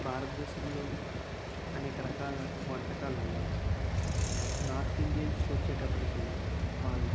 భారతదేశంలో అనేక రకాల వంటకాలు ఉన్నాయి నార్త్ ఇండియన్స్కి వచ్చేటప్పటికి వాళ్ళు